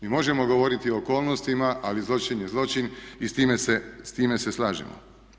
Mi možemo govoriti o okolnostima ali zločin je zločin i s time se slažemo.